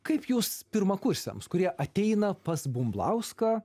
kaip jūs pirmakursiams kurie ateina pas bumblauską